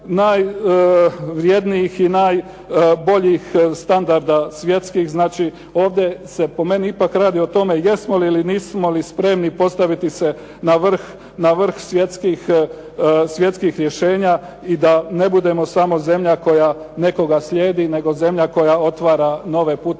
najvrijednijih i najboljih standarda svjetskih. Znači, ovdje se po meni ipak radi o tome jesmo li ili nismo li spremni postaviti se na vrh svjetskih rješenja i da ne budemo samo zemlja koja nekoga slijedi, nego zemlja koja otvara nove puteve